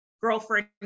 girlfriend